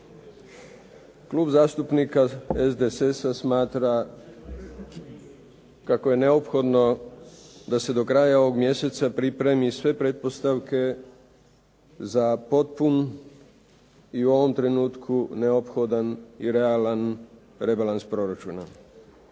Klub zastupnika SDSS-a smatra kako je neophodno da se do kraja ovog mjeseca pripremi sve pretpostavke za potpun i u ovom trenutku neophodan i realan rebalans proračuna